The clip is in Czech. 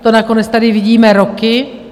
To nakonec tady vidíme roky.